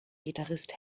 gitarrist